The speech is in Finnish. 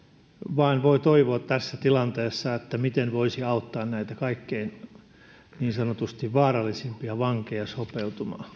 vain voi toivoa tässä tilanteessa kun miettii miten voisi auttaa näitä niin sanotusti kaikkein vaarallisimpia vankeja sopeutumaan